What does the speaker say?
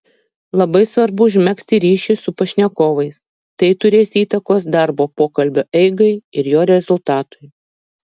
labai svarbu užmegzti ryšį su pašnekovais tai turės įtakos darbo pokalbio eigai ir jo rezultatui